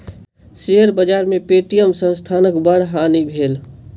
share बाजार में Paytm संस्थानक बड़ हानि भेल